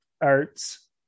Arts